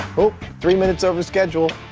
oh, three minutes over schedule.